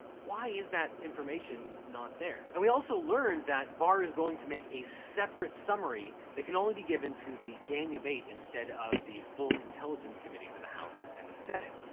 why is that information not there? and we also learned that barr is going to make a separate summary that can only be given to the gang of eight instead of the full intelligence committees in the house and the senate.